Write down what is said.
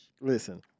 listen